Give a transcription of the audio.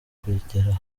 akagera